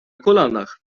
kolanach